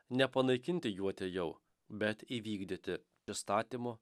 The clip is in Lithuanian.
nepanaikinti jų atėjau bet įvykdyti įstatymo